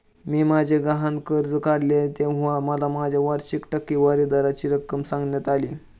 मी माझे गहाण कर्ज काढले तेव्हा मला माझ्या वार्षिक टक्केवारी दराची रक्कम सांगण्यात आली